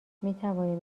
میتوانیم